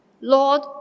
Lord